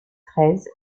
treize